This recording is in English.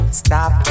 stop